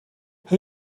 who